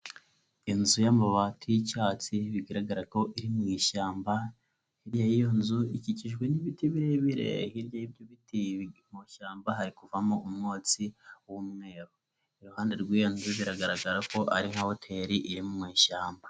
Inzu ya'mabati yi'cyatsi bigaragara ko iri mu ishyamba, hirya y'iyo nzu ikikijwe n'ibiti birebire, hirya y'ibyo biti mu ishyamba hari kuvamo umwotsi w'umweru, iruhande rw'iyo nzu biragaragara ko ari nka Hoteri iri mu ishyamba.